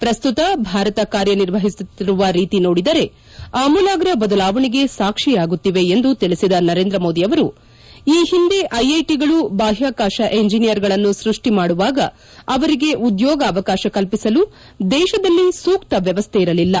ಪ್ರಸ್ತುತ ಭಾರತ ಕಾರ್ಯನಿರ್ವಹಿಸುತ್ತಿರುವ ರೀತಿ ನೋಡಿದರೆ ಅಮೂಲಾಗ್ರ ಬದಲಾವಣೆಗೆ ಸಾಕ್ಷಿಯಾಗುತ್ತಿವೆ ಎಂದು ತಿಳಿಬಿದ ನರೇಂದ್ರ ಮೋದಿ ಅವರು ಈ ಹಿಂದೆ ಐಐಟಗಳು ಬಾಹ್ಕಾಕಾಶ ಎಂಜಿನಿಯರ್ಗಳನ್ನು ಸೃಷ್ಟಿ ಮಾಡುವಾಗ ಅವರಿಗೆ ಉದ್ಯೋಗಾವಕಾಶ ಕಲ್ಪಿಸಲು ದೇಶದಲ್ಲಿ ಸೂಕ್ತ ವ್ಯವಸ್ಥೆ ಇರಲಿಲ್ಲ